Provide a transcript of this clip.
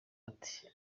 bati